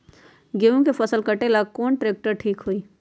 गेहूं के फसल कटेला कौन ट्रैक्टर ठीक होई?